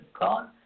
God